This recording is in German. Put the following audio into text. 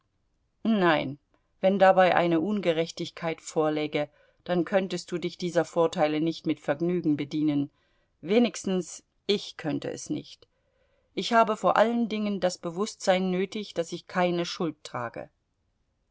nein wenn dabei eine ungerechtigkeit vorläge dann könntest du dich dieser vorteile nicht mit vergnügen bedienen wenigstens ich könnte es nicht ich habe vor allen dingen das bewußtsein nötig daß ich keine schuld trage